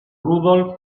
rudolf